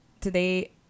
today